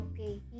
okay